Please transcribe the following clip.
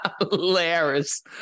hilarious